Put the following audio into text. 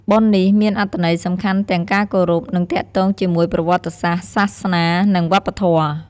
បុណ្យនេះមានអត្ថន័យសំខាន់ទាំងការគោរព និងទាក់ទងជាមួយប្រវត្តិសាស្រ្ដ សាសនា និងវប្បធម៌។